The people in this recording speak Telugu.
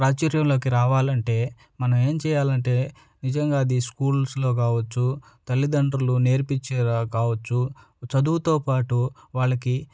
ప్రాచుర్యంలోకి రావాలంటే మనం ఏం చేయాలంటే నిజంగా అది స్కూల్స్లో కావచ్చు తల్లిదండ్రులు నేర్పించేలా కావచ్చు చదువుతోపాటు వాళ్ళకి